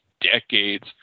decades